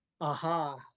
Aha